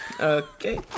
Okay